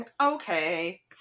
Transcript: okay